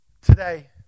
today